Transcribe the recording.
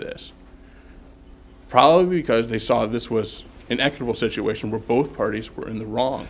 this probably because they saw this was an actual situation were both parties were in the wrong